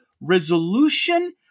resolution